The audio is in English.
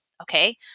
Okay